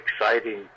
exciting